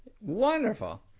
Wonderful